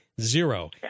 zero